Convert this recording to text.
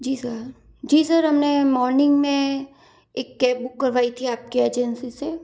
जी sir जी sir हमने morning में एक केब बुक करवाई थी आपकी एजेंसी से